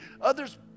Others